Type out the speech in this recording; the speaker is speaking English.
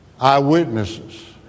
Eyewitnesses